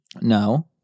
no